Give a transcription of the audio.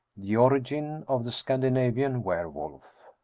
the origin of the scandinavian were-wolp.